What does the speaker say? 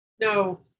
No